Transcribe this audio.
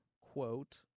quote